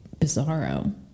Bizarro